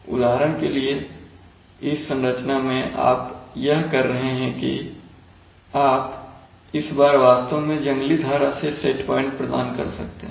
उदाहरण के लिए इस संरचना में आप यह कर रहे हैं कि आप इस बार वास्तव में जंगली धारा से सेट प्वाइंट प्रदान कर रहे हैं